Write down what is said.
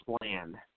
plan